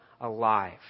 alive